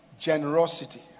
Generosity